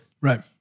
Right